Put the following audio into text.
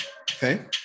okay